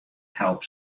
help